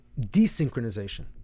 desynchronization